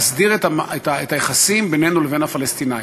להסדיר את היחסים בינינו לבין הפלסטינים.